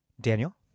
Daniel